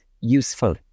useful